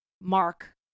Mark